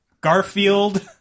Garfield